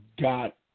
got